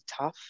tough